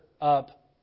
up